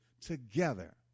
together